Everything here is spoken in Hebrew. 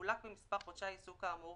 מחולק במספר חודשי העיסוק כאמור